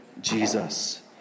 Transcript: Jesus